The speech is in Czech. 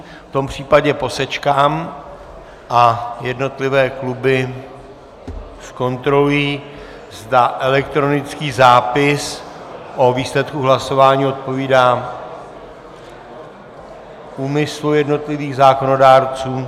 V tom případě posečkám a jednotlivé kluby zkontrolují, zda elektronický zápis o výsledku hlasování odpovídá úmyslu jednotlivých zákonodárců.